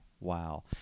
Wow